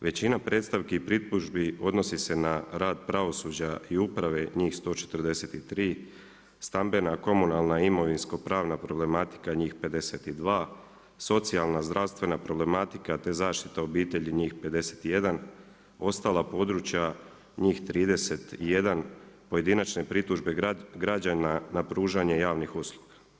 Većina predstavki i pritužbi odnosi se na rad pravosuđa i uprave, njih 143, stambena, komunalna i imovinsko pravna problematika njih 52, socijalna, zdravstvena problematika te zaštita obitelji, njih 51, ostala područja njih 31, pojedinačne pritužbe građana na pružanje javnih usluga.